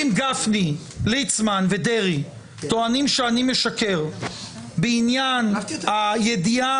אם גפני ליצמן ודרעי טוענים שאני משקר בעניין הידיעה